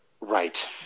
Right